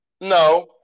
No